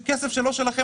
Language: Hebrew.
שכסף שלא שלכם,